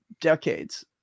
decades